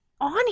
on